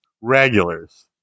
regulars